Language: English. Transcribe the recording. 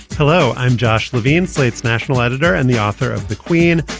hello, i'm josh levine, slate's national editor and the author of the queen,